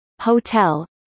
hotel